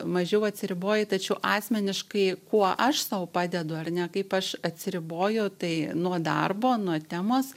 mažiau atsiriboji tačiau asmeniškai kuo aš sau padedu ar ne kaip aš atsiriboju tai nuo darbo nuo temos